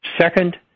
Second